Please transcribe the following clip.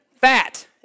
Fat